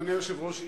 אדוני היושב-ראש,